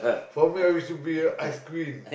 for me I wish to be a ice-cream